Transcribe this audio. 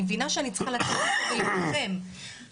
אני מבינה שאני צריכה לשבת פה ולהילחם למענכם.